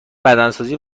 بدنسازی